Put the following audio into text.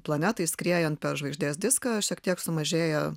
planetai skriejant per žvaigždės diską šiek tiek sumažėja